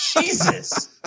jesus